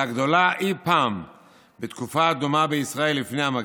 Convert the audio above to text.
והיא הגדולה אי-פעם לעומת תקופה דומה בישראל לפני המגפה.